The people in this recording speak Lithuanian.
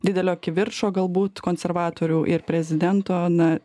didelio kivirčo galbūt konservatorių ir prezidento na